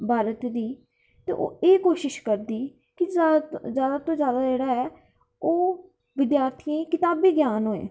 भारत दी ते ओह् एह् कोशिश करदी की जादै तों जादै जेह्ड़ा ऐ ओह् विद्यार्थियें गी कताबी ज्ञान होऐ